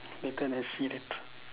later then see later